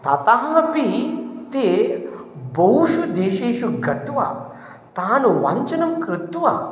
ततः अपि ते बहुषु देशेषु गत्वा तान् वञ्चनं कृत्वा